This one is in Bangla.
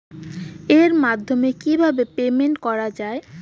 এর মাধ্যমে কিভাবে পেমেন্ট করা য়ায়?